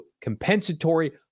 compensatory